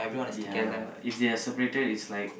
ya if they are separated it's like